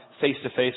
face-to-face